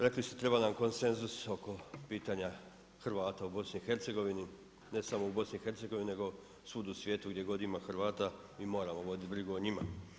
Rekli ste treba nam konsenzus oko pitanja Hrvata u BiH-u, ne samo u BiH-u nego svud u svijetu gdje god ima Hrvata, mi moramo voditi brigu o njima.